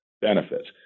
benefits